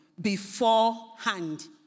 beforehand